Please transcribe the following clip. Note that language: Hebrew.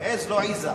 עז, לא עיזה.